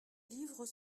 livres